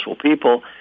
people